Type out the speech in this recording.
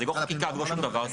זו לא חקיקה ולא שום דבר,